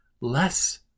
less